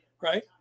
Right